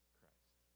Christ